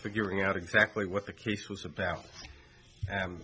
figuring out exactly what the case was about